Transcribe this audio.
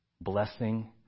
blessing